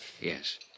Yes